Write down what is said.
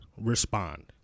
respond